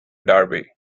derby